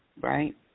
right